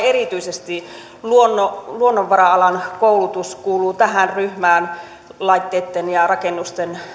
erityisesti luonnonvara luonnonvara alan koulutus kuulu tähän ryhmään muun muassa laitteitten ja rakennusten